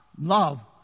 love